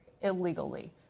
illegally